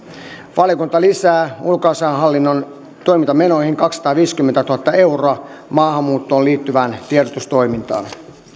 valiokunta lisää ulkoasiainhallinnon toimintamenoihin kaksisataaviisikymmentätuhatta euroa maahanmuuttoon liittyvään tiedotustoimintaan